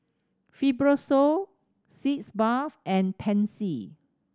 Fibrosol Sitz Bath and Pansy